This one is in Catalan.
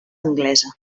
anglesa